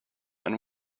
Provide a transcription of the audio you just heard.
what